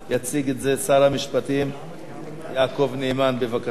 יציג את זה שר המשפטים יעקב נאמן, בבקשה.